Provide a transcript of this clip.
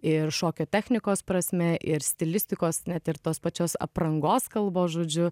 ir šokio technikos prasme ir stilistikos net ir tos pačios aprangos kalbos žodžiu